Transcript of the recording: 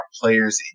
players